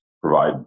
provide